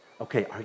Okay